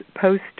post